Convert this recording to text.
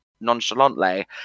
nonchalantly